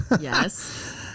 Yes